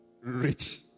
rich